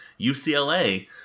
UCLA